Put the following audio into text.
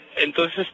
Entonces